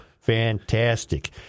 Fantastic